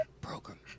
Program